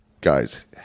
guys